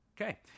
Okay